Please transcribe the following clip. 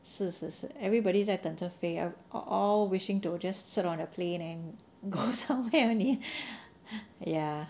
是是是 everybody 在等着飞 all wishing to just sit on the plane and go somewhere only